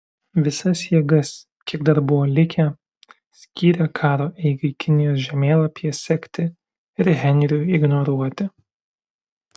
visas jėgas kiek dar buvo likę skyrė karo eigai kinijos žemėlapyje sekti ir henriui ignoruoti